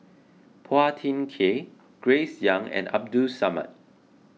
Phua Thin Kiay Grace Young and Abdul Samad